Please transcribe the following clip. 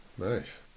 Nice